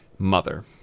mother